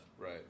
right